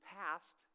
past